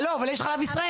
לא, אבל יש חלב ישראל.